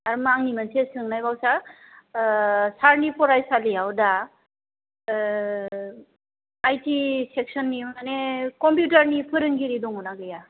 होनबा आंनि मोनसे सोंनायबाव सार सारनि फरायसालियाव दा आइटि सेक्सननि मानि कम्पिउटारनि फोरोंगिरि दङना गैया